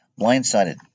Blindsided